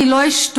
אני לא אשתוק.